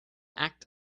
act